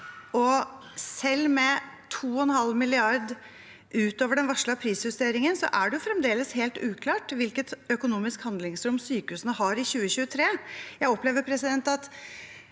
Selv med 2,5 mrd. kr utover den varslede prisjusteringen er det fremdeles helt uklart hvilket økonomisk handlingsrom sykehusene har i 2023.